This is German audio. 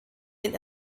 den